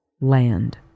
land